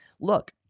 look